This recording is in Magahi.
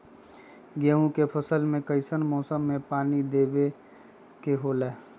गेहूं के फसल में कइसन मौसम में पानी डालें देबे के होला?